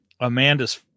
Amanda's